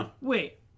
Wait